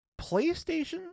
PlayStation